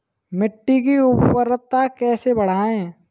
मिट्टी की उर्वरता कैसे बढ़ाएँ?